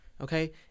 Okay